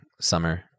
summer